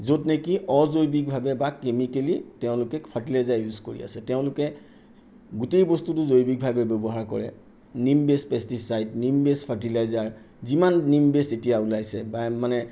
য'ত নেকি অজৈৱিকভাৱে বা কেমিকেলি তেওঁলোকে ফাৰ্টিলাইজাৰ ইউজ কৰি আছে তেওঁলোকে গোটেই বস্তুটো জৈৱিকভাৱে ব্যৱহাৰ কৰে neem based pesticide neem based fertiliser যিমান নিম বেছ এতিয়া ওলাইছে বা মানে